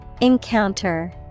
Encounter